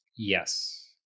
Yes